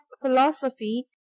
philosophy